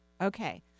Okay